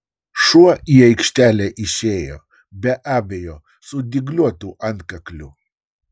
šuo į aikštelę išėjo be abejo su dygliuotu antkakliu